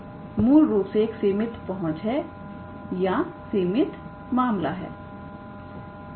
तो यह मूल रूप से एक सीमित पहुंच है या सीमित मामला है